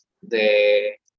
de